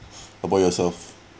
about yourself yup